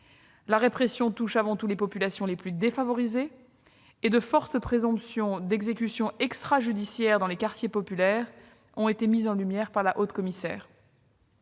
La répression touche avant tout les populations les plus défavorisées et de fortes présomptions d'exécutions extrajudiciaires dans les quartiers populaires ont été mises en lumière par la haut-commissaire.